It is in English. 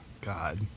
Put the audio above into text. God